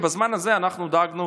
ובזמן הזה אנחנו דאגנו